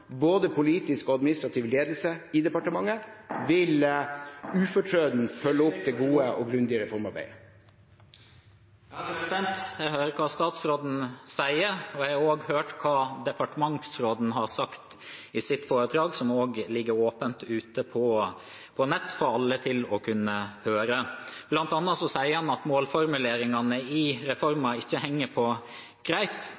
Både politisk og administrativ ledelse i departementet vil ufortrødent følge opp det gode og grundige reformarbeidet. Jeg hører hva statsråden sier, og jeg har også hørt hva departementsråden har sagt i sitt foredrag, som også ligger åpent ute på nett, til å høre for alle. Blant annet sier han at målformuleringene i reformen ikke henger på greip,